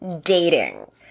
dating